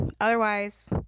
otherwise